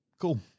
Cool